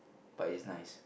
but it's nice